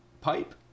pipe